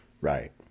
Right